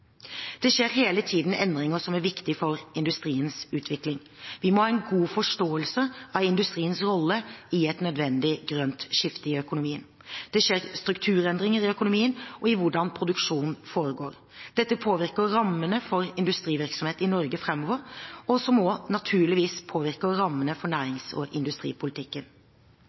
Det skjer hele tiden endringer som er viktige for industriens utvikling. Vi må ha en god forståelse av industriens rolle i et nødvendig grønt skifte i økonomien. Det skjer strukturendringer i økonomien og i hvordan produksjonen foregår. Dette påvirker rammene for industrivirksomhet i Norge framover, noe som naturligvis også påvirker rammene for